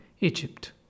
Egypt